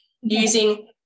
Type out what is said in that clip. using